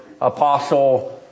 Apostle